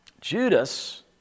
Judas